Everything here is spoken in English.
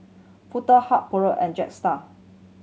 Foto Hub Poulet and Jetstar